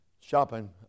Shopping